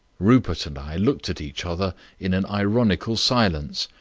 rupert and i looked at each other in an ironical silence.